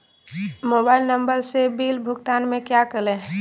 Mobile number से bill भुगतान में क्या करें?